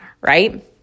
Right